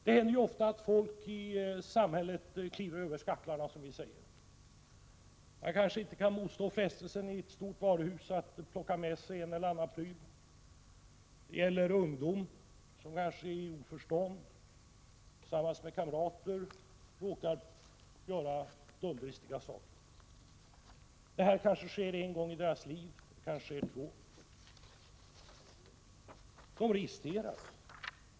Det händer ofta i samhället att folk hoppar över skaklarna. Man kanske inte kan motstå frestelsen att i ett varuhus plocka med sig en eller annan pryl. Det gäller ungdom, som kanske i oförstånd och tillsammans med kamrater vågar göra dumdristiga saker. Det sker kanske en gång i deras liv, kanske två. De registreras.